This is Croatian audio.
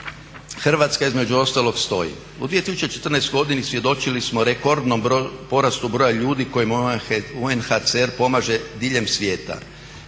Hrvatska između ostalog stoji u 2014.svjedočili smo rekordnom porastu broja ljudi koji UNHCR pomaže diljem svijeta.